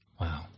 Wow